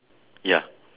ya